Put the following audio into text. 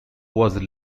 was